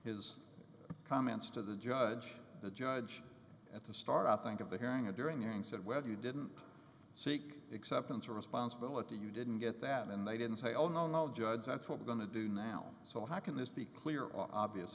his comments to the judge the judge at the start i think of the hearing a during and said whether you didn't seek acceptance or responsibility you didn't get that and they didn't say oh no no judge that's what we're going to do now so how can this be clear or obvious